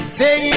say